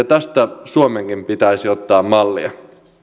tästä suomenkin pitäisi ottaa mallia